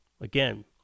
Again